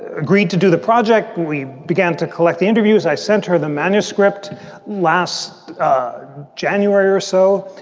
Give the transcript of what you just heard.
agreed to do the project. we began to collect the interviews. i sent her the manuscript last january or so.